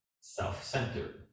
self-centered